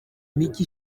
mike